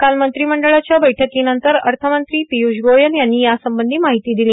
काल मंत्रिमंडळाच्या बैठकीनंतर अर्थमंत्री पिय्ष गोयल यांनी या संबंधी माहिती दिली